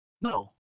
No